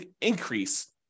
increase